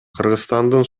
кыргызстандын